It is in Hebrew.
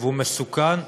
והוא מסוכן.